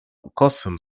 ukosem